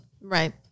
Right